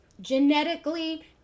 genetically